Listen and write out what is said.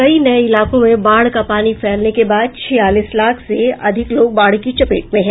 कई नये इलाकों में बाढ़ का पानी फैलने के बाद छियालीस लाख से अधिक लोग बाढ़ की चपेट में हैं